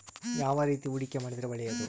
ಯಾವ ರೇತಿ ಹೂಡಿಕೆ ಮಾಡಿದ್ರೆ ಒಳ್ಳೆಯದು?